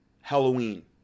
Halloween